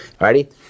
Alrighty